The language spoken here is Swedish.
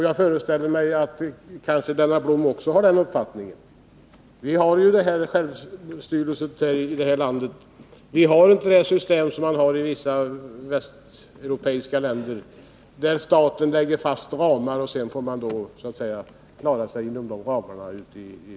Jag föreställer mig att Lennart Blom kanske också har den uppfattningen. Vi har självstyre i kommunerna i detta land. Vi har inte det system som man har i vissa västeuropeiska länder, där staten lägger fast ramar, varefter de olika kommunerna får klara sig inom de ramarna.